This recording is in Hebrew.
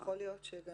יכול להיות שיש